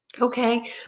okay